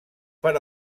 per